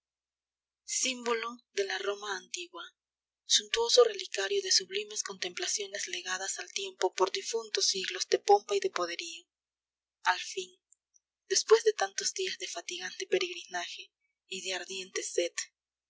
símbolo de la roma antigua suntuoso relicario de sublimes contemplaciones legadas al tiempo por difuntos siglos de pompa y de poderío al fin después de tantos días de fatigante peregrinaje y de ardiente sed